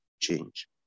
change